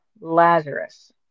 Lazarus